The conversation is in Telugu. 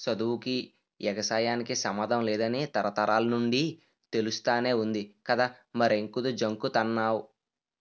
సదువుకీ, ఎగసాయానికి సమ్మందం లేదని తరతరాల నుండీ తెలుస్తానే వుంది కదా మరెంకుదు జంకుతన్నావ్